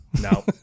No